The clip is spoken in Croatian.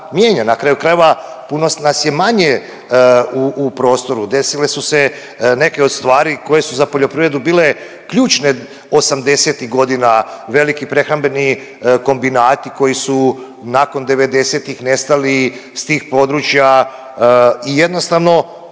na kraju krajeva puno nas je manje u prostoru, desile su se neke od stvari koje su za poljoprivredu bile ključne osamdesetih godina. Veliki prehrambeni kombinati koji su nakon devedesetih nestali s tih područja i jednostavno